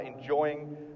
enjoying